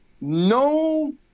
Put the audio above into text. No